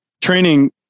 training